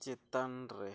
ᱪᱮᱛᱟᱱ ᱨᱮ